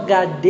God